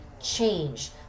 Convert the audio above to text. change